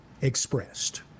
expressed